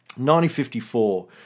1954